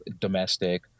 domestic